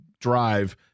drive